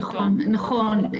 נכון.